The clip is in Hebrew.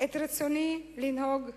איך אני רוצה לנהוג כאן.